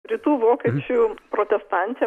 rytų vokiečių protestantė